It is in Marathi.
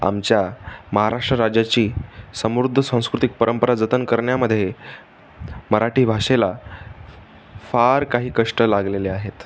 आमच्या महाराष्ट्र राज्याची समृद्ध सांस्कृतिक परंपरा जतन करण्यामध्ये मराठी भाषेला फार काही कष्ट लागलेले आहेत